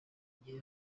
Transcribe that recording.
gihe